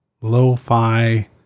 lo-fi